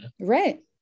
right